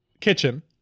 kitchen